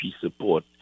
support